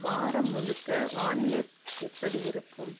வாரம் முழுக்க வானிலை எப்படி இருக்கும்